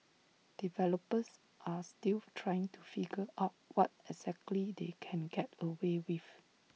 developers are still trying to figure out what exactly they can get away with